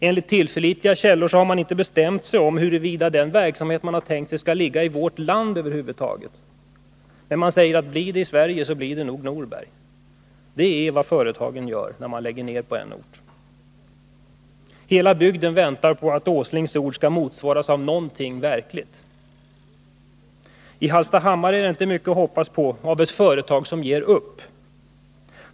Enligt tillförlitliga källor har man inte bestämt huruvida den verksamheten skall ligga i vårt land över huvud taget, men man säger att blir det i Sverige, så blir det nog i Norberg. Det är vad företagen gör när de lägger ner verksamhet på en ort! Hela bygden väntar på att Nils Åslings ord skall motsvaras av någonting verkligt. I Hallstahammar är det inte mycket att hoppas på av ett företag som ger upp.